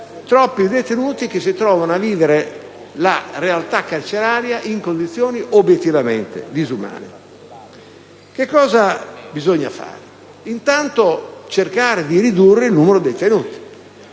carceri e che si trovano a vivere la realtà carceraria in condizioni obiettivamente disumane. Cosa bisogna fare? Intanto cercare di ridurre il numero dei detenuti.